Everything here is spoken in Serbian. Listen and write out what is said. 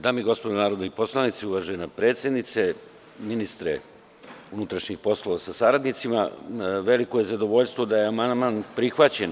Dame i gospodo narodni poslanici, uvažena predsednice, ministre unutrašnjih poslova sa saradnicima, veliko je zadovoljstvo da je amandman prihvaćen.